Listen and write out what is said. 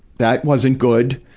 that wasn't good.